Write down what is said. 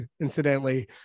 incidentally